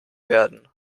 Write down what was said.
werden